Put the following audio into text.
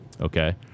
Okay